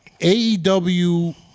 AEW